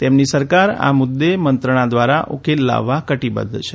તેમની સરકાર આ મુદ્દે મંત્રણા ધ્વારા ઉકેલ લાવવા કટીબધ્ધ છે